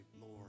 more